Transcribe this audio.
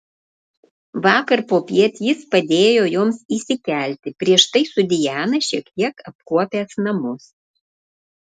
vakar popiet jis padėjo joms įsikelti prieš tai su diana šiek tiek apkuopęs namus